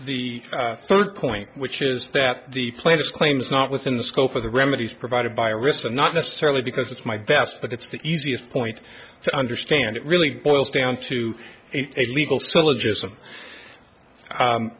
the third point which is that the planet's claims not within the scope of the remedies provided by arista not necessarily because it's my best but it's the easiest point to understand it really boils down to a legal